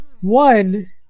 one